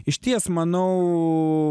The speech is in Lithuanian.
išties manau